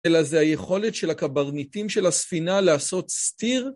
אלא זה היכולת של הקברניטים של הספינה לעשות steer.